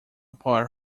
poor